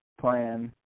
Plan